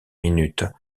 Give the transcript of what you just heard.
minute